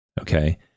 okay